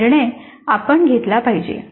हा निर्णय आपण घेतला पाहिजे